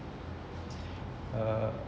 err